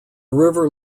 river